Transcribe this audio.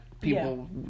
People